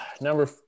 number